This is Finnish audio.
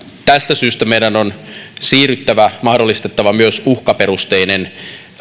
tästä syystä meidän on mahdollistettava myös uhkaperusteinen